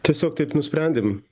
tiesiog taip nusprendėm